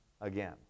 again